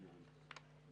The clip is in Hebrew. איתנו?